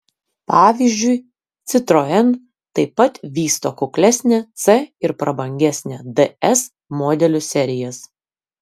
pavyzdžiui citroen taip pat vysto kuklesnę c ir prabangesnę ds modelių serijas